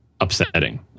upsetting